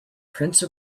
prince